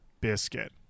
biscuit